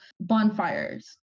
bonfires